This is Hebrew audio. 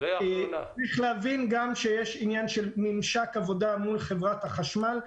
צריך להבין שיש עניין של ממשק עבודה מול חברת החשמל,